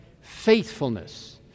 faithfulness